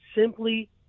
simply